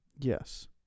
Yes